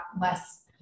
less